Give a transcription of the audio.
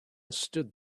stood